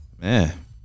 Man